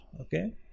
okay